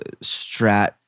strat